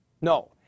no